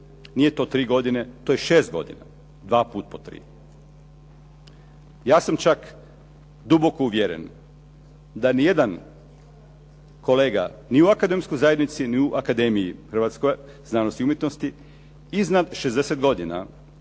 Nije to tri godine, to je šest godina, dva puta po tri. Ja sam čak duboko uvjeren da nijedan kolega ni u akademskoj zajednici i u Hrvatskoj akademskoj znanosti i umjetnosti iznad 60 godina